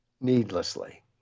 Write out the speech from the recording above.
needlessly